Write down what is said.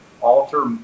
alter